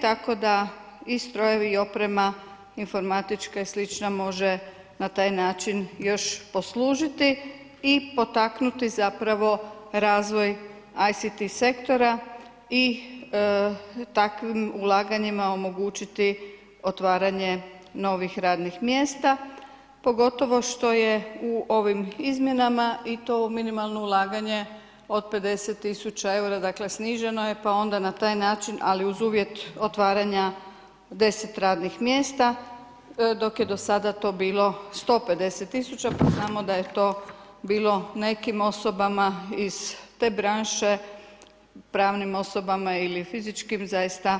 Tako da i strojevi i oprema informatička i slična može na taj način još poslužiti i potaknuti razvoj ICT sektora i takvim ulaganjima omogućiti otvaranje novih radnih mjesta, pogotovo što je u ovim izmjenama i to minimalno ulaganje od 50 tisuća eura, dakle sniženo je pa onda na taj način, ali uz uvjet otvaranja deset radnih mjesta, dok je to do sada bilo 150 tisuća pa znamo da je to bilo nekim osobama iz te branše pravnim osobama ili fizičkim zaista